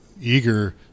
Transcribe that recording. eager